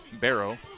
Barrow